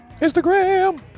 Instagram